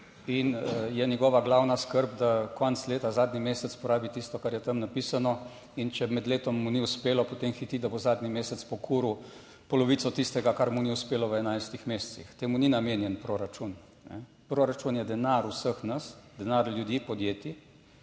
in je njegova glavna skrb, da konec leta, zadnji mesec, porabi tisto, kar je tam napisano. In če med letom mu ni uspelo, potem hiti, da bo zadnji mesec pokuril polovico tistega, kar mu ni uspelo v 11 mesecih. Temu ni namenjen proračun. Proračun je denar vseh nas, denar ljudi, podjetij